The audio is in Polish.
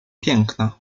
piękna